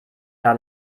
gar